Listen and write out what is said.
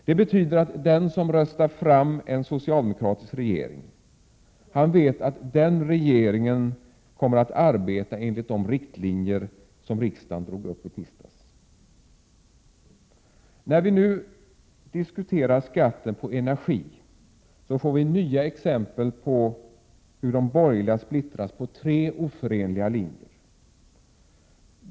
Det betyder att den som röstar fram en socialdemokratisk regering vet att den regeringen kommer att arbeta enligt de riktlinjer som riksdagen drog upp i tisdags. När vi nu diskuterar skatten på energi får vi nya exempel på hur de borgerliga splittras på tre oförenliga linjer.